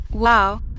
Wow